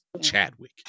Chadwick